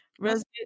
Resident